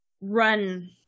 run